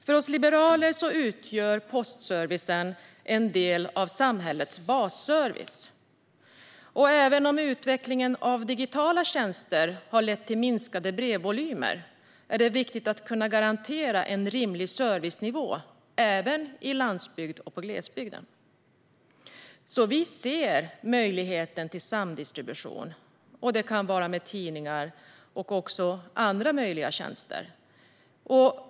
För oss liberaler utgör postservicen en del av samhällets basservice. Även om utvecklingen av digitala tjänster har lett till minskade brevvolymer är det viktigt att kunna garantera en rimlig servicenivå även på landsbygden och i glesbygd. Vi ser möjligheten till samdistribution. Det kan handla om tidningar och andra tjänster.